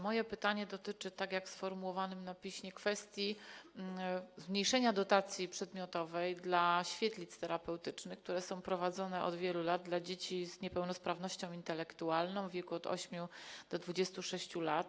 Moje pytanie dotyczy, tak jak sformułowane jest to na piśmie, kwestii zmniejszenia dotacji przedmiotowej dla świetlic terapeutycznych, które są prowadzone od wielu lat dla dzieci z niepełnosprawnością intelektualną w wieku od 8 do 26 lat.